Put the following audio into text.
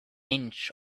inch